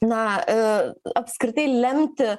na apskritai lemti